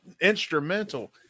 instrumental